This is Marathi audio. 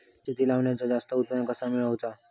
भात शेती लावण जास्त उत्पन्न कसा मेळवचा?